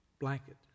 blanket